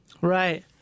right